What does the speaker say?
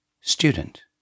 Student